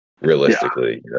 realistically